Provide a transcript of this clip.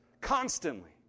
constantly